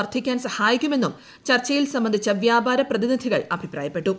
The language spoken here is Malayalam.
വർധിക്കാൻ സഹായിക്കുമെന്നും ചർച്ചയിൽ സംബന്ധിച്ച വ്യാപാര പ്രതിനിധികൾ അഭിപ്രായപ്പെട്ടു